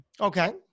Okay